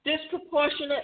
disproportionate